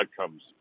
outcomes